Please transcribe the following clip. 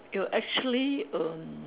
you actually erm